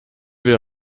will